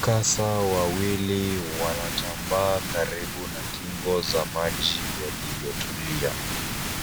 Kasa wawili wanatambaa karibu na kingo za maji yaliyotulia.